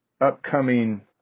upcoming